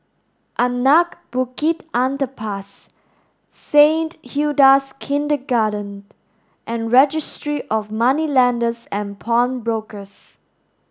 Anak Bukit Underpass Saint Hilda's Kindergarten and Registry of Moneylenders and Pawnbrokers